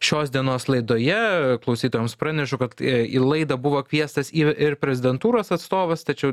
šios dienos laidoje klausytojams pranešu kad į laidą buvo kviestas ir prezidentūros atstovas tačiau